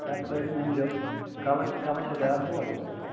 aspirin أنۍ زیٚو کَلَس کَلَس چھَ زیادٕ دود